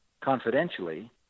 confidentially